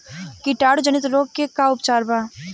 कीटाणु जनित रोग के का उपचार बा?